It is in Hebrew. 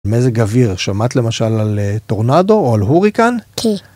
מזג אוויר, שמעת למשל על טורנדו או על הוריקן? כן.